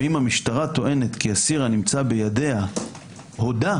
ואם המשטרה טוענת כי אסיר הנמצא בידיה הודה,